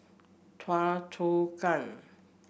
Choa Chu Kang